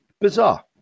Bizarre